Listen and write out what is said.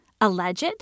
Alleged